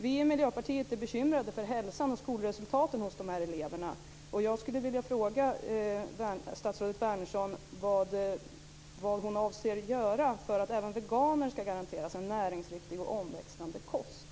Vi i Miljöpartiet är bekymrade för hälsan och skolresultaten för de här eleverna, och jag skulle vilja fråga statsrådet Wärnersson vad hon avser att göra för att även veganer ska garanteras en näringsriktig och omväxlande kost.